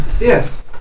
Yes